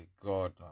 God